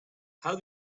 how